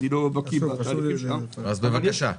בבקשה.